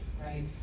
right